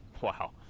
Wow